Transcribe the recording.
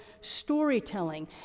storytelling